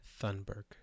Thunberg